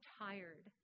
tired